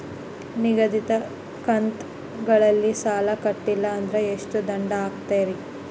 ನಿಗದಿತ ಕಂತ್ ಗಳಲ್ಲಿ ಸಾಲ ಕಟ್ಲಿಲ್ಲ ಅಂದ್ರ ಎಷ್ಟ ದಂಡ ಹಾಕ್ತೇರಿ?